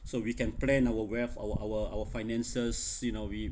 so we can plan our wealth our our our finances you know we